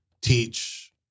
teach